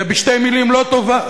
ובשתי מלים לא טובה.